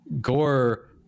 Gore